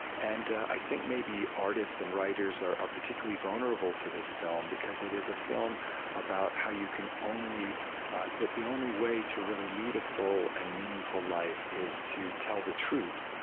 and i think maybe artists and writers are are particularly vulnerable to this film, because it is a film about how you can only that the only way to really lead a full and meaningful life is to tell the truth,